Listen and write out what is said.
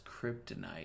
kryptonite